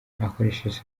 akoresheje